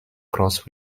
cross